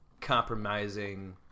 compromising